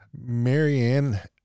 Marianne